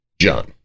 John